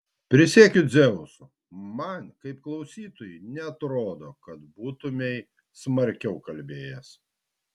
prisiekiu dzeusu man kaip klausytojui neatrodo kad būtumei smarkiau kalbėjęs